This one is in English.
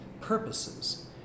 purposes